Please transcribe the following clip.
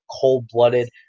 cold-blooded